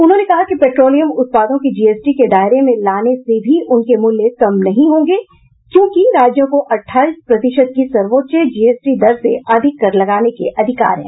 उन्होंने कहा कि पेट्रोलियम उत्पादों के जीएसटी के दायरे में लाने से भी उनके मूल्य कम नहीं होंगे क्योंकि राज्यों को अठाईस प्रतिशत की सर्वोच्च जीएसटी दर से अधिक कर लगाने के अधिकार हैं